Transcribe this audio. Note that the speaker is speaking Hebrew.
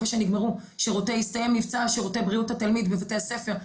אחרי שהסתיים מבצע שירותי בריאות התלמיד בבתי הספר,